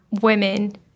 women